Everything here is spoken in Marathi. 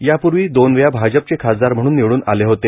यापूर्वी दोन वेळा भाजपचे खासदार म्हणून निवडून आले होते